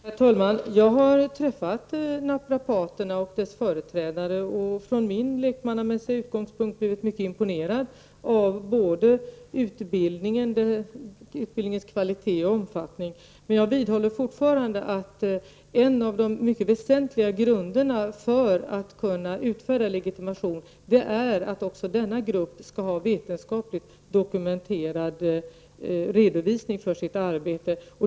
Herr talman! Jag har träffat företrädare för naprapaterna. Med min lekmannamässiga utgångspunkt har jag blivit mycket imponerad över utbildningens kvalitet och omfattning. Men jag vidhåller att en av de väsentliga grunderna för att utfärda legitimation är att också denna grupp skall vetenskapligt dokumentera sitt arbete.